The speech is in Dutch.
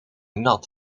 nat